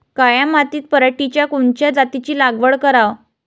काळ्या मातीत पराटीच्या कोनच्या जातीची लागवड कराव?